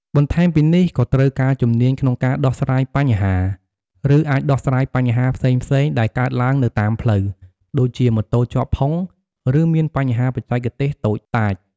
បន្ថែមពីនេះក៏ត្រូវការជំនាញក្នុងការដោះស្រាយបញ្ហា ឬអាចដោះស្រាយបញ្ហាផ្សេងៗដែលកើតឡើងនៅតាមផ្លូវ ដូចជាម៉ូតូជាប់ផុង ឬមានបញ្ហាបច្ចេកទេសតូចតាច។